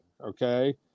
okay